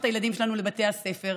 שנייה, זה לנורבגים או להצבעה?